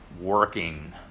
working